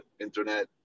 internet